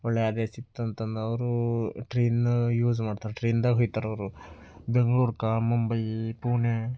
ಒಳ್ಳೆ ಆದಾಯ ಸಿಕ್ತು ಅಂತ ಅಂದು ಅವರು ಟ್ರೈನ್ ಯೂಸ್ ಮಾಡ್ತಾರೆ ಟ್ರೈನ್ದಾಗ ಹೋಗ್ತಾರೆ ಅವರು ಬೆಂಗ್ಳೂರ್ಗೆ ಮುಂಬೈ ಪುಣೆ